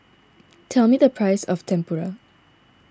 tell me the price of Tempura